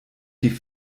die